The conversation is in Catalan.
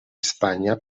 espanya